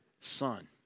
son